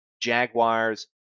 Jaguars